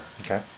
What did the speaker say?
Okay